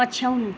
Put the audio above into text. पछ्याउनु